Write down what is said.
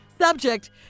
Subject